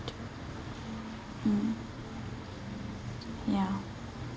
mm ya